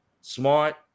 smart